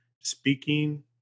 speaking